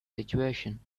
situation